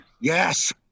Yes